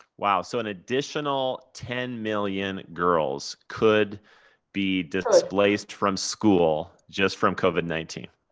wow. so an additional ten million girls could be displaced from school just from covid nineteen.